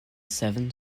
seven